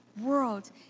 world